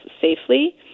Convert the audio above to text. safely